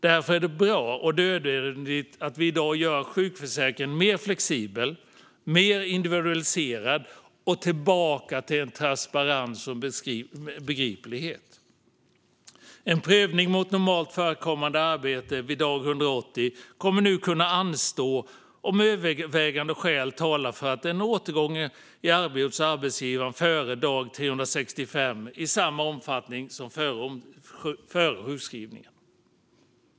Därför är det bra och nödvändigt att vi i dag gör sjukförsäkringen mer flexibel och mer individualiserad och går tillbaka till mer transparens och begriplighet. En prövning mot normalt förekommande arbete vid dag 180 kommer nu att kunna anstå om övervägande skäl talar för en återgång i arbete hos arbetsgivaren före dag 365 i samma omfattning som före sjukskrivningen.